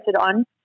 on